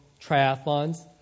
triathlons